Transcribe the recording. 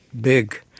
big